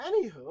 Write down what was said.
anywho